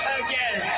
again